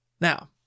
Now